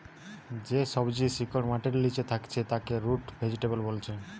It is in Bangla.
যে সবজির শিকড় মাটির লিচে থাকছে তাকে রুট ভেজিটেবল বোলছে